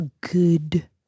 good